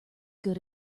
good